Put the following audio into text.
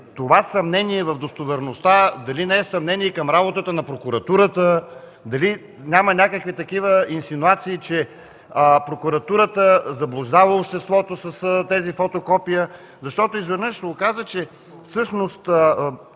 това съмнение в достоверността дали не е съмнение и към работата на прокуратурата? Дали няма някакви инсинуации, че прокуратурата заблуждава обществото с тези фотокопия? Изведнъж се оказа, че всъщност